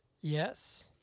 Yes